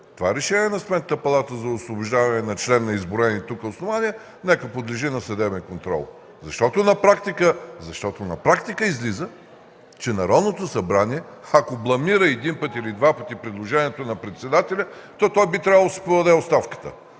на Сметната палата за освобождаване на член на изброените тук основания нека подлежи на съдебен контрол, защото на практика излиза, че Народното събрание, ако бламира един или два пъти предложението на председателя, то той би трябвало да си подаде оставката,